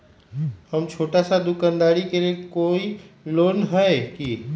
हम छोटा सा दुकानदारी के लिए कोई लोन है कि?